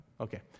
okay